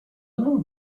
know